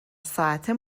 ساعته